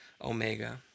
omega